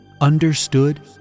understood